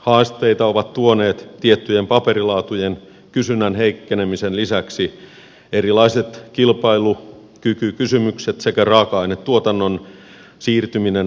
haasteita ovat tuoneet tiettyjen paperilaatujen kysynnän heikkenemisen lisäksi erilaiset kilpailukykykysymykset sekä raaka ainetuotannon siirtyminen trooppisiin maihin